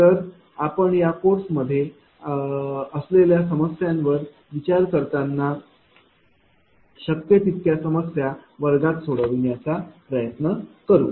तर आपण या कोर्समध्ये असलेल्या समस्यांवर विचार करताना शक्य तितक्या समस्या वर्गात सोडवण्याचा प्रयत्न करू